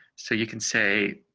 so you can say,